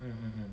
mm mm mm